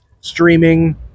Streaming